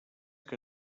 que